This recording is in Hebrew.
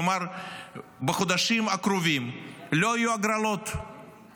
כלומר בחודשים הקרובים לא יהיו הגרלות,